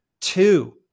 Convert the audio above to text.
two